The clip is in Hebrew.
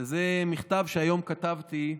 וזה מכתב שהיום כתבתי,